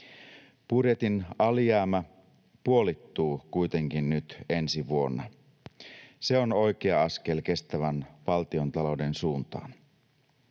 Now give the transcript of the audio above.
Budjetin alijäämä puolittuu kuitenkin nyt ensi vuonna. Se on oikea askel kestävän valtiontalouden suuntaan.